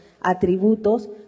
atributos